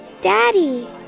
Daddy